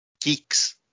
geeks